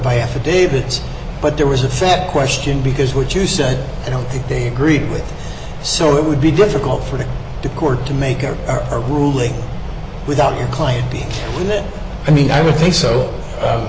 by affidavits but there was a fat question because what you said i don't think they agreed with so it would be difficult for the court to make our ruling without your client in it i mean i would think so